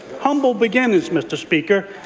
humble beginnings, mr. speaker,